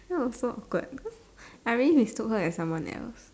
that was so awkward because I really mistook her as someone else